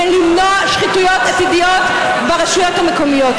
למנוע שחיתויות עתידיות ברשויות המקומיות.